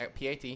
PAT